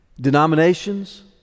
Denominations